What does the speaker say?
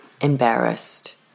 embarrassed